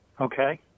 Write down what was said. Okay